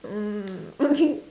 mm